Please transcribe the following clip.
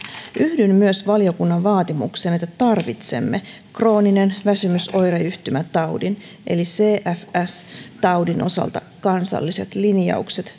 yhdyn myös valiokunnan vaatimukseen että tarvitsemme krooninen väsymysoireyhtymä taudin eli cfs taudin osalta kansalliset linjaukset